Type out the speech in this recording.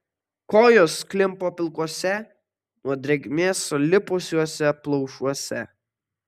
kojos klimpo pilkuose nuo drėgmės sulipusiuose plaušuose